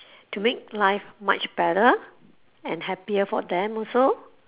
to make life much better and happier for them also